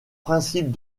principes